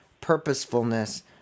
purposefulness